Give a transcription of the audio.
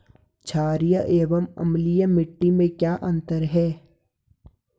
छारीय एवं अम्लीय मिट्टी में क्या अंतर है?